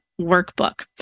workbook